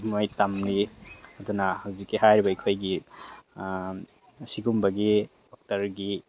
ꯃꯣꯏ ꯇꯝꯃꯤ ꯑꯗꯨꯅ ꯍꯧꯖꯤꯛꯀꯤ ꯍꯥꯏꯔꯤꯕ ꯑꯩꯈꯣꯏꯒꯤ ꯑꯁꯤꯒꯨꯝꯕꯒꯤ ꯗꯣꯛꯇꯔꯒꯤ